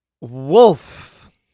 Wolf